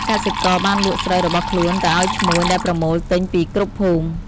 កសិករបានលក់ស្រូវរបស់ខ្លួនទៅឱ្យឈ្មួញ ដែលប្រមូលទិញពីគ្រប់ភូមិ។